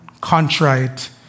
contrite